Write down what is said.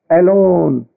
alone